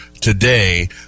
today